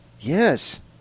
Yes